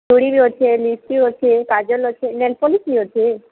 ଚୁଡ଼ି ବି ଅଛେ ଲିପଷ୍ଟିକ୍ ଅଛେ କାଜଲ୍ ଅଛେ ନେଲ୍ପଲିସ୍ ବି ଅଛେ